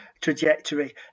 trajectory